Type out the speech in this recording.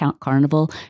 Carnival